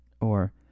or